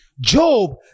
job